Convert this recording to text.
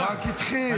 רגע, הוא רק התחיל.